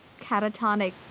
catatonic